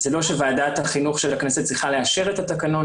זה לא שוועדת החינוך של הכנסת צריכה לאשר את התקנון